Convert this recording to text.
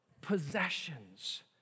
possessions